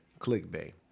clickbait